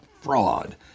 fraud